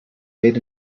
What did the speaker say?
made